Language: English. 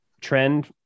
trend-